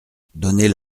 donnez